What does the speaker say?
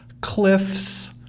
cliffs